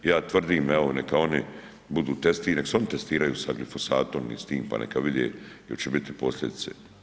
Ja tvrdim evo neka oni budu testi, nek se oni testiraju sa glifosatom i s tim, pa neka vide oće bit posljedice.